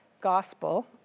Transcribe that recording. gospel